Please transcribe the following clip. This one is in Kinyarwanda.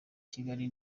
kigali